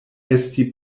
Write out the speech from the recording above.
esti